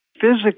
Physically